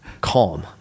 Calm